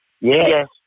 Yes